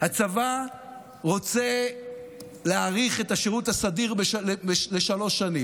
הצבא רוצה להאריך את השירות הסדיר לשלוש שנים,